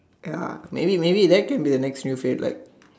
ya maybe maybe that could be the next new fad like